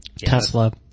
Tesla